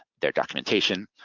their documentation.